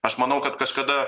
aš manau kad kažkada